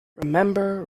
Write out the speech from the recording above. remember